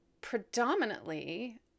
Predominantly